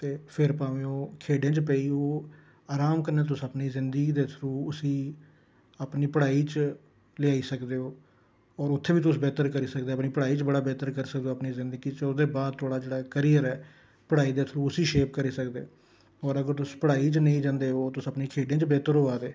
ते फिर भामें ओह् खेढें च पेई ओह् अराम कन्नै तुस अपनी ज़िंदगी दे थ्रू उसी अपनी पढ़ाई च लेयाई सकदे ओ होर उत्थैं बी तुस बेह्तर करी सकदे अपनी पढ़ाई च बड़ा बेह्तर करी सकदे ओ अपनी जिंदगी च ओह्दे बाद थुआढ़ा जेह्ड़ा कैरियर ऐ पढ़ाई दे थ्रू उसी शेप करी सकदे होर अगर तुस पढ़ाई च नेईं जंदे ओ ते तुस खेढें च बेह्तर होआ दे ओ